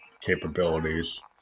capabilities